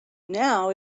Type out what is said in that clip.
now